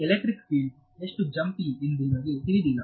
ಈ electric field ಎಷ್ಟು ಜಂಪಿ ಎಂದು ನಿಮಗೆ ತಿಳಿದಿಲ್ಲ